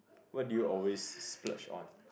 what do you always splurge on